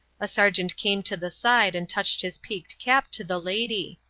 a sergeant came to the side and touched his peaked cap to the lady.